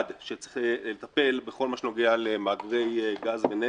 שצריך לטפל בכל מה שנוגע למאגרי גז ונפט,